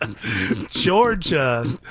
Georgia